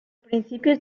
principios